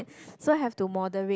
so have to moderate